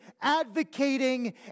advocating